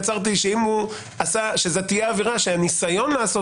יצרתי שזאת תהיה עבירה שהניסיון לעשות